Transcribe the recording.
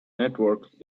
networks